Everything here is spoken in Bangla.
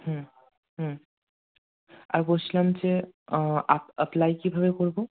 হুম হুম আর বলছিলাম যে আপ অ্যাপ্লাই কীভাবে করবো